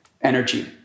energy